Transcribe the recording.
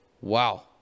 Wow